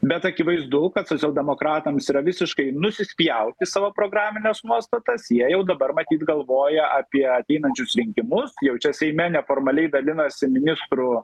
bet akivaizdu kad socialdemokratams yra visiškai nusispjaut į savo programines nuostatas jie jau dabar matyt galvoja apie ateinančius rinkimus jau čia seime neformaliai dalinasi ministrų